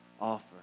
offer